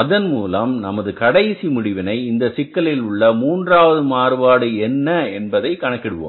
அதன்மூலம் நமது கடைசி முடிவினை இந்த சிக்கலில் உள்ள மூன்றாவது மாறுபாடு என்ன என்பதை கணக்கிடுவோம்